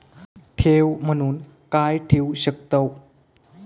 ठेव म्हणून काय ठेवू शकताव?